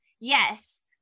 yes